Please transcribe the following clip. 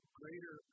greater